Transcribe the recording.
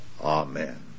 Amen